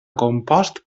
compost